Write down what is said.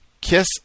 kiss